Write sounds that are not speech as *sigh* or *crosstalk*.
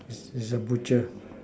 is is the butcher *noise*